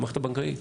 למערכת הבנקאית,